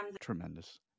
tremendous